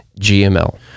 GML